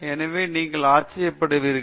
எனவே நீங்கள் ஆச்சரியப்படுவீர்கள்